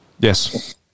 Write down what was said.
Yes